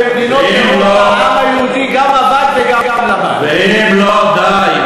הרי במדינות אירופה העם היהודי גם עבד וגם למד וגם שירת בצבא.